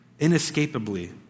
inescapably